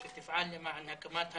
כשאנחנו מסתכלים על כל הנתונים,